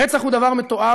רצח הוא דבר מתועב,